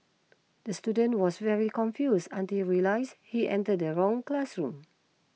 the student was very confuse until realise he entered the wrong classroom